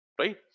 Right